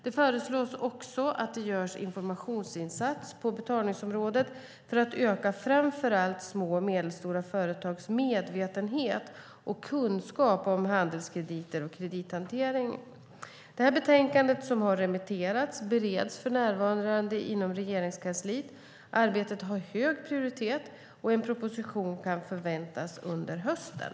Det föreslås också att det görs en informationsinsats på betalningsområdet för att öka framför allt små och medelstora företags medvetenhet och kunskap om handelskrediter och kredithantering. Det här betänkandet, som har remitterats, bereds för närvarande inom Regeringskansliet. Arbetet har hög prioritet, och en proposition kan förväntas under hösten.